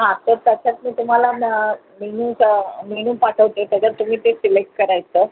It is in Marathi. हां तर त्याच्यात मी तुम्हाला मेनू मेनू पाठवते त्याच्यात तुम्ही ते सिलेक्ट करायचं